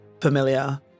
familiar